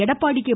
Edappadi K